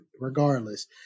regardless